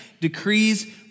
decrees